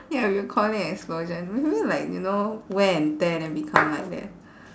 ya we'll call it explosion like you know wear and tear then become like that